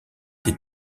des